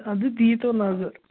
اَدٕ دی تو نظر